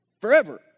Forever